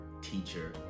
teacher